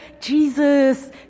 Jesus